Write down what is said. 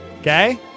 Okay